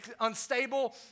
unstable